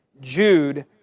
Jude